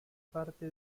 parte